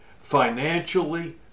financially